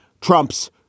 Trump's